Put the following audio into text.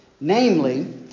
Namely